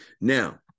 Now